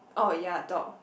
oh ya dog